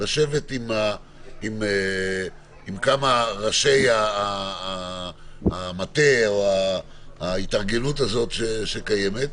לשבת עם כמה ראשי המטה או ההתארגנות הזאת שקיימת,